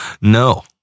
No